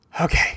Okay